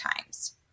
times